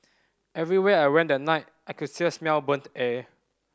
everywhere I went that night I could still smell burnt air